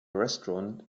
restaurant